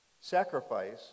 Sacrifice